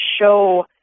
show